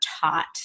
taught